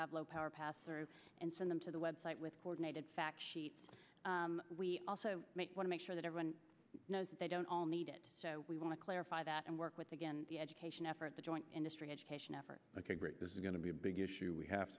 have low power pastor and send them to the web site with coordinated factsheets we also want to make sure that everyone knows that they don't all need it so we want to clarify that and work with again the education effort the joint industry education effort ok great this is going to be a big issue we have